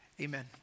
Amen